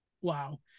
wow